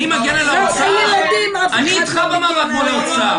אני איתך במאבק באוצר.